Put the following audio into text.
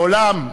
מעולם,